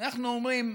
שאנחנו אומרים,